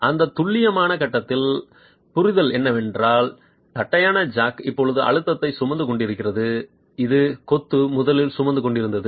அந்த துல்லியமான கட்டத்தில் புரிதல் என்னவென்றால் தட்டையான ஜாக் இப்போது அழுத்தத்தை சுமந்து கொண்டிருக்கிறது இது கொத்து முதலில் சுமந்து கொண்டிருந்தது